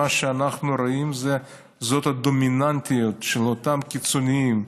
מה שאנחנו רואים זה הדומיננטיות של אותם קיצוניים,